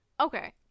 okay